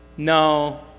No